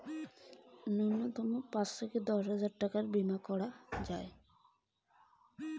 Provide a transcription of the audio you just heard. বীমা করিবার জন্য নূন্যতম কতো টাকার বীমা করা যায়?